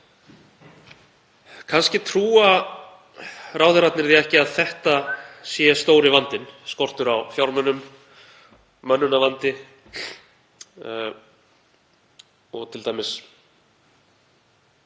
Kannski trúa ráðherrarnir því ekki að þetta sé stóri vandinn; skortur á fjármunum, mönnunarvandi. Kannski